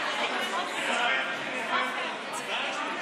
קצבת נכות לשכר המינימום),